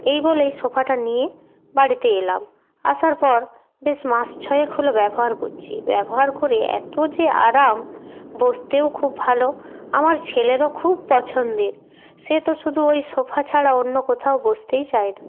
এই বলে সোফাটা নিয়ে বাড়িতে এলাম আসার পর বেশ মাস ছয়েক হলো ব্যবহার করছি ব্যবহার করে এত যে আরাম বসতেও খুব ভালো আমার ছেলেরও খুব পছন্দের সে তো শুধু ওই সোফা ছাড়া অন্য কোথাও বসতেই চায় না